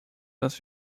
dass